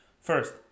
First